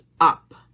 up